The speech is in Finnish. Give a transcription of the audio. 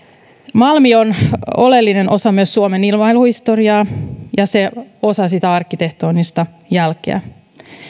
malmi on oleellinen osa myös suomen ilmailuhistoriaa ja se on osa sitä arkkitehtonista jälkeä